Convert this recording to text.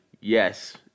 yes